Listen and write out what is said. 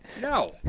No